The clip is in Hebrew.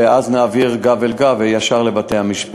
ואז נעביר גב אל גב ישר לבתי-המשפט.